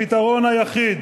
הפתרון היחיד